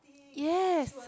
yes